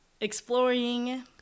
exploring